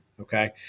okay